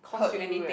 heard you eh